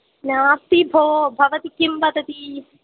नास्ति भो भवती किं वदति